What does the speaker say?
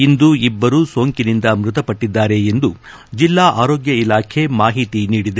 ಇಂದು ಇಬ್ಬರು ಸೋಂಕಿನಿಂದ ಮೃತಪಟ್ಟದ್ದಾರೆ ಎಂದು ಜೆಲ್ಲಾ ಆರೋಗ್ಗ ಇಲಾಖೆ ಮಾಹಿತಿ ನೀಡಿದೆ